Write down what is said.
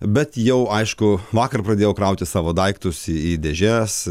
bet jau aišku vakar pradėjau krauti savo daiktus į dėžes